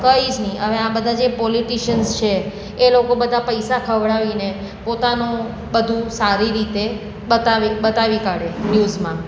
કંઈ જ નહિ હવે આ બધા જે પોલિટીસન્સ છે એ લોકો બધા પૈસા ખવડાવીને પોતાનું બધું સારી રીતે બતાવી બતાવી કાઢે ન્યૂઝમાં